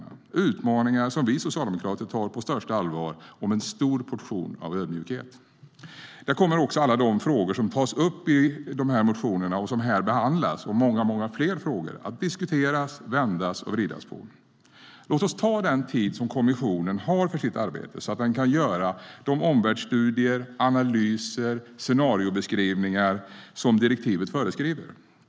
Det är utmaningar som vi socialdemokrater tar på största allvar och med en stor portion ödmjukhet. Här kommer också alla de frågor som tas upp i de motioner som här behandlas och många fler att diskuteras, vändas och vridas på. Låt oss ta den tid som kommissionen har för sitt arbete så att den kan göra de omvärldsstudier, analyser och scenariobeskrivningar som direktivet föreskriver.